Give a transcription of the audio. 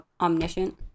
omniscient